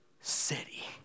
city